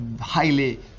highly